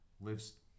lives